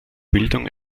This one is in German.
bildung